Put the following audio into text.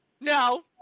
No